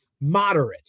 moderate